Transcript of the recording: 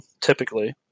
typically